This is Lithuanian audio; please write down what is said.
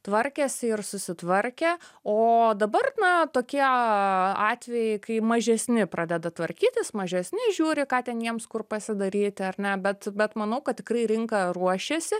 tvarkėsi ir susitvarkė o dabar na tokie atvejai kai mažesni pradeda tvarkytis mažesni žiūri ką ten jiems kur pasidaryti ar ne bet bet manau kad tikrai rinka ruošiasi